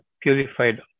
purified